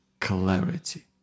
clarity